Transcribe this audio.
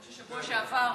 כמו שבשבוע שעבר,